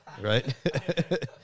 right